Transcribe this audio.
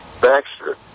Baxter